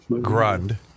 Grund